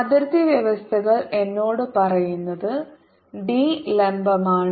അതിർത്തി വ്യവസ്ഥകൾ എന്നോട് പറയുന്നത് ഡി ലംബമാണ്